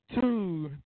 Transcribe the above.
two